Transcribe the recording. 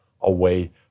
away